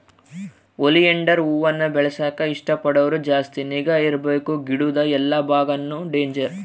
oleander ಹೂವಾನ ಬೆಳೆಸಾಕ ಇಷ್ಟ ಪಡೋರು ಜಾಸ್ತಿ ನಿಗಾ ಇರ್ಬಕು ಗಿಡುದ್ ಎಲ್ಲಾ ಬಾಗಾನು ಡೇಂಜರ್